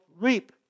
reap